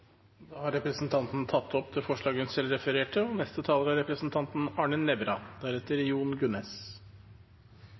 Da har representanten Anette Trettebergstuen tatt opp det forslaget hun refererte til. Ministeren holdt en lang og